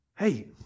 hey